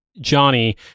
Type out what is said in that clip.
Johnny